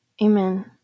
amen